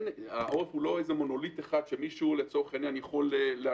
כמו שאמר חבר הכנסת גולן.